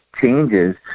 changes